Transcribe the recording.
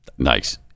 Nice